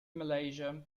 malaysia